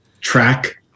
track